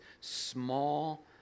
small